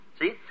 See